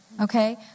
Okay